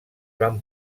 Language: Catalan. van